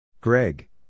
Greg